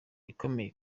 ikomeye